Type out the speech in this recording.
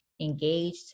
engaged